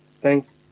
Thanks